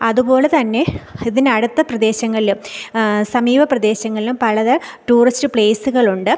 അതുപോലെതന്നെ ഇതിനടുത്ത പ്രദേശങ്ങളിലും സമീപ പ്രദേശങ്ങളിലും പല ത ടൂറിസ്റ്റ് പ്ലേസുകളുണ്ട്